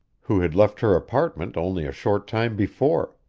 who had left her apartment only a short time before.